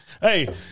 Hey